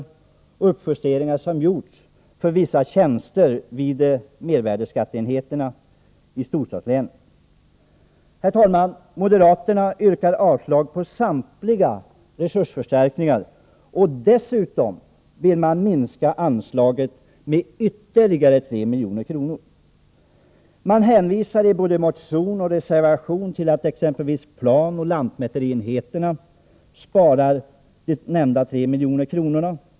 Det gäller uppjusteringar som gjorts för vissa tjänster vid mervärdeskatteenheterna i storstadslänen. Herr talman! Moderaterna yrkar avslag på samtliga resursförstärkningar och vill dessutom minska anslaget med ytterligare 3 milj.kr. Man hänvisar i både motionen och reservationen till att exempelvis planoch lantmäterienheterna kan spara de nämnda 3 miljonerna.